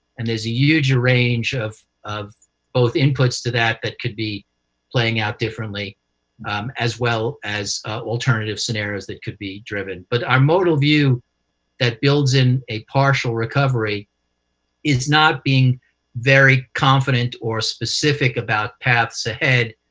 and there's a huge range of of both inputs to that that could be playing out differently as well as alternative scenarios that could be driven. but our modal view that builds in a partial recovery is not being very confident or specific about paths ahead,